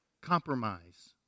compromise